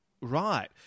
Right